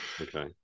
okay